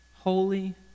Holy